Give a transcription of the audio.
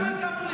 2 מיליארד שקלים.